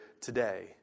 today